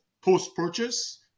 post-purchase